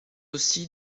aussi